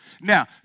Now